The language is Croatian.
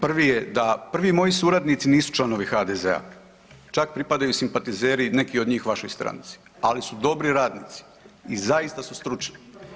Prvi je da prvi moji suradnici nisu članovi HDZ-a čak pripadaju simpatizeri neki od njih vašoj stranci, ali su dobri radnici i zaista su stručni.